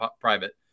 private